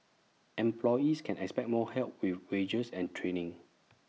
employees can expect more help with wages and training